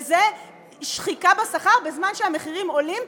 וזה שחיקה בשכר בזמן שהמחירים עולים,